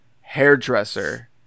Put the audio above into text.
hairdresser